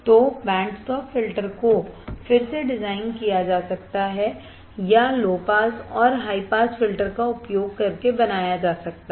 तो band stop filter को फिर से डिजाइन किया जा सकता है या लो पास और हाई पास फिल्टर का उपयोग करके बनाया जा सकता है